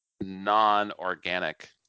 non-organic